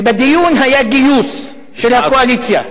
ובדיון היה גיוס של הקואליציה,